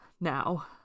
now